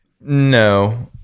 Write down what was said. No